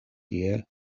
tie